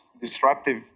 disruptive